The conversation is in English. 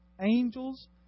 angels